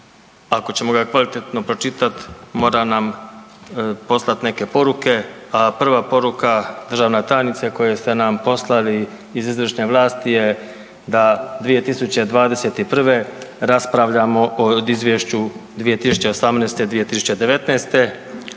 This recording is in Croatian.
ako ćemo ga kvalitetno pročitati mora nam poslati neke poruke, a prva poruka državna tajnice koje sta nam poslali iz izvršne vlasti je da 2021. raspravljamo o Izvješću 2018., 2019.,